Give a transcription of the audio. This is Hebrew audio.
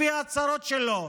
לפי ההצהרות שלו.